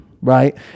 Right